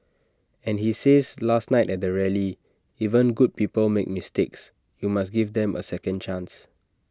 and he says last night at the rally even good people make mistakes you must give them A second chance